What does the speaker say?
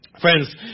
Friends